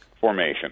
formation